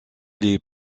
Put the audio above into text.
les